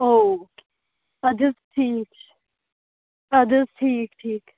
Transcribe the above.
okay ادٕ حظ ٹھیٖکھ چھُ ادٕ حظ ٹھیٖکھ ٹھیٖکھ